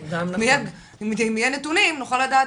אם יהיו נתונים, נוכל לדעת.